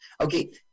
okay